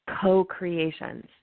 co-creations